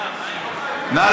נא